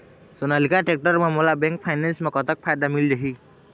Sonalika tractor म मोला bank finance म कतक फायदा मिल जाही?